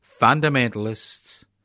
Fundamentalists